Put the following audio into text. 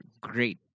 great